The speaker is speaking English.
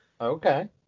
Okay